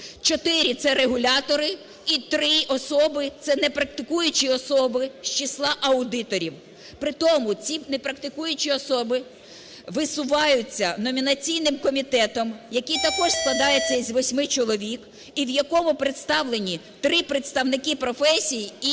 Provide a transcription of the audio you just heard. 4 – це регулятори і 3 особи – це непрактикуючі особи з числа аудиторів. Притому ці непрактикуючі особи висуваються номінаційним комітетом, який також складається із 8 чоловік і в якому представлені 3 представники професії і